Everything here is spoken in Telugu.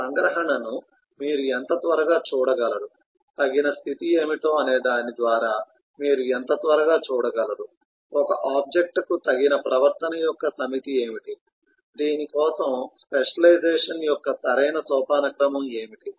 ఆ సంగ్రహణను మీరు ఎంత త్వరగా చూడగలరు తగిన స్థితి ఏమిటి అనేదాని ద్వారా మీరు ఎంత త్వరగా చూడగలరు ఒక ఆబ్జెక్ట్ కు తగిన ప్రవర్తన యొక్క సమితి ఏమిటి దీని కోసం స్పెషలైజేషన్ యొక్క సరైన సోపానక్రమం ఏమిటి